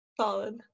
Solid